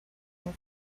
here